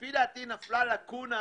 לפי דעתי נפלה לקונה